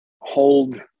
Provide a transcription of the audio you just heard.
hold